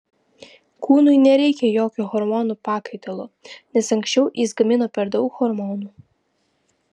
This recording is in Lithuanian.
kūnui nereikia jokio hormonų pakaitalo nes anksčiau jis gamino per daug hormonų